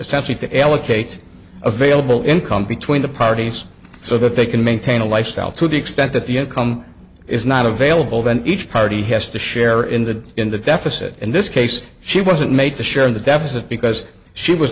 essentially to allocate available income between the parties so that they can maintain a lifestyle to the extent that the income is not available then each party has to share in the in the deficit in this case she wasn't made to share in the deficit because she was